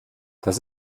das